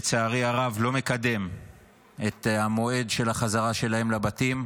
לצערי הרב, לא מקדם את המועד של החזרה שלהם לבתים,